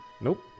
Nope